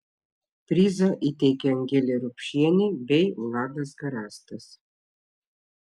prizą įteikė angelė rupšienė bei vladas garastas